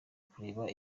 kureba